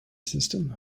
system